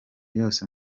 yose